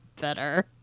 better